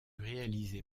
réalisée